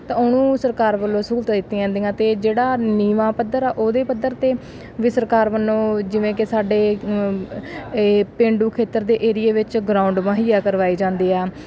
ਤਾਂ ਉਹਨੂੰ ਸਰਕਾਰ ਵੱਲੋਂ ਸਹੂਲਤਾਂ ਦਿੱਤੀਆਂ ਜਾਂਦੀਆਂ ਅਤੇ ਜਿਹੜਾ ਨੀਵਾਂ ਪੱਧਰ ਆ ਉਹਦੇ ਪੱਧਰ 'ਤੇ ਵੀ ਸਰਕਾਰ ਵੱਲੋਂ ਜਿਵੇਂ ਕਿ ਸਾਡੇ ਏ ਪੇਂਡੂ ਖੇਤਰ ਦੇ ਏਰੀਏ ਵਿੱਚ ਗਰਾਊਂਡ ਮੁਹੱਈਆ ਕਰਵਾਏ ਜਾਂਦੇ ਆ